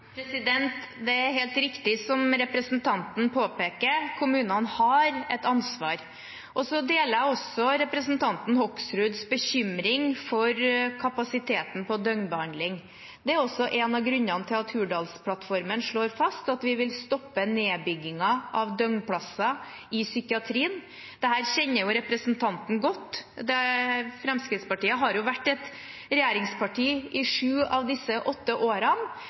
Det er helt riktig som representanten påpeker: Kommunene har et ansvar. Jeg deler også representanten Hoksruds bekymring for kapasiteten på døgnbehandling. Det er også en av grunnene til at Hurdalsplattformen slår fast at vi vil stoppe nedbyggingen av døgnplasser i psykiatrien. Dette kjenner jo representanten godt til, for Fremskrittspartiet har vært et regjeringsparti i sju av disse åtte årene.